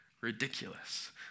ridiculous